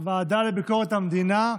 לביקורת המדינה.